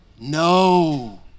No